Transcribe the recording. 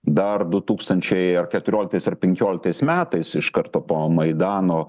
dar du tūkstančiai ar keturioliktais ar penkioliktais metais iš karto po maidano